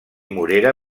morera